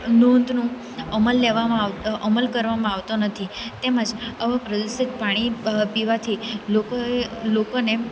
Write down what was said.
નોંધનો અમલ લેવામાં અમલ કરવામાં આવતો નથી તેમજ આવાં પ્રદૂષિત પાણી પીવાથી લોકોએ લોકોને